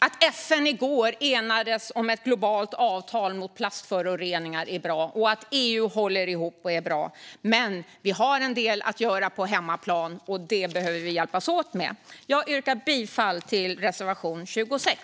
Att FN i går enades om ett globalt avtal mot plastföroreningar är bra, och att EU håller ihop är bra. Men vi har en del att göra på hemmaplan, och det behöver vi hjälpas åt med. Jag yrkar bifall till reservation 26.